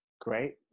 Great